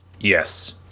yes